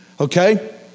Okay